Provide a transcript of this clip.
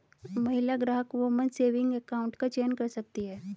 महिला ग्राहक woman saving account का चयन कर सकती है